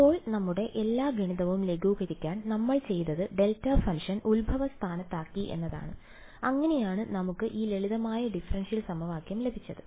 ഇപ്പോൾ നമ്മുടെ എല്ലാ ഗണിതവും ലഘൂകരിക്കാൻ നമ്മൾ ചെയ്തത് ഡെൽറ്റ ഫംഗ്ഷനെ ഉത്ഭവസ്ഥാനത്താക്കി എന്നതാണ് അങ്ങനെയാണ് നമുക്ക് ഈ ലളിതമായ ഡിഫറൻഷ്യൽ സമവാക്യം ലഭിച്ചത്